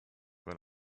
weil